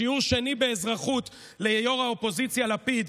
שיעור שני באזרחות לראש האופוזיציה לפיד,